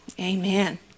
amen